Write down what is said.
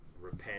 repent